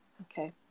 okay